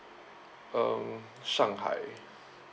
um shanghai